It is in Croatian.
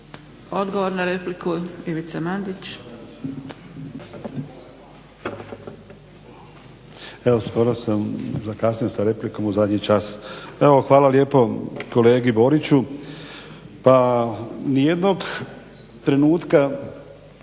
Odgovor na repliku, Ivica Mandić.